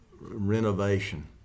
renovation